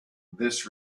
this